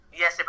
yes